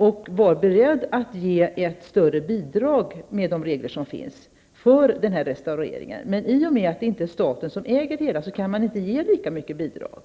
Riksantikvarien är beredd att med de regler som finns ge ett större bidrag för denna restaurering. Men i och med att det inte är staten som äger dessa byggnader går det inte att ge lika mycket bidrag.